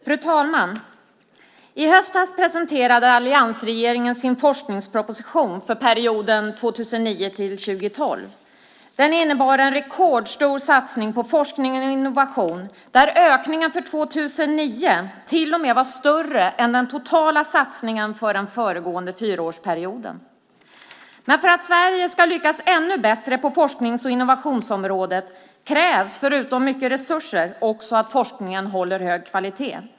Fru talman! I höstas presenterade alliansregeringen sin forskningsproposition för perioden 2009-2012. Den innebar en rekordstor satsning på forskning och innovation, där ökningen för 2009 till och med var större än den totala satsningen för den föregående fyraårsperioden. Men för att Sverige ska lyckas ännu bättre på forsknings och innovationsområdet krävs förutom mycket resurser också att forskningen håller hög kvalitet.